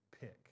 pick